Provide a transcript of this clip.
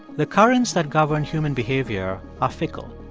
the currents that govern human behavior are fickle.